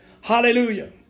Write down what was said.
Hallelujah